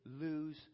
lose